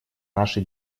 наши